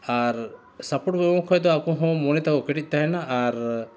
ᱟᱨ support ᱵᱟᱵᱚ ᱮᱢᱟ ᱠᱚ ᱠᱷᱟᱱ ᱫᱚ ᱟᱠᱚ ᱦᱚᱸ ᱢᱚᱱᱮ ᱛᱟᱠᱚ ᱠᱟᱹᱴᱤᱡ ᱛᱟᱦᱮᱱᱟ ᱟᱨ